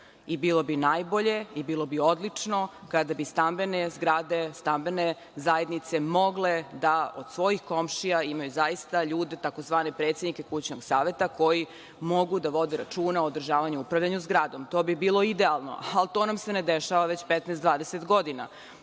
i bilo bi najbolje, bilo bi odlično kada bi stambene zgrade, stambene zajednice mogle da od svojih komšija ima zaista ljude tzv. predsednike kućnog saveta koji mogu da vode računa o održavanju zgrade. To bi bilo idealno, ali to nam se ne dešava već 15, 20 godina.